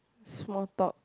small talk